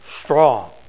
strong